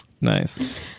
Nice